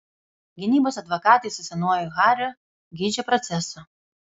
gynybos advokatai su senuoju hariu geidžia proceso